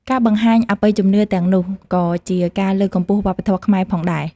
ការបង្ហាញអបិយជំនឿទាំងនោះក៏ជាការលើកកម្ពស់វប្បធម៌ខ្មែរផងដែរ។